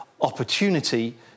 opportunity